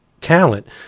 talent